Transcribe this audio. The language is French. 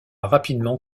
rapidement